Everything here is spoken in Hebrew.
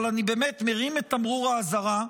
אבל אני באמת מרים את תמרור האזהרה: